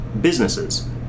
Businesses